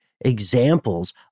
examples